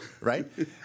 Right